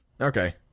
Okay